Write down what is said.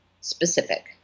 specific